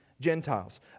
Gentiles